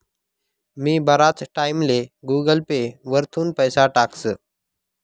मी बराच टाईमले Google pay वरथून पैसा टाकस